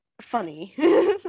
funny